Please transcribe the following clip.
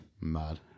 Mad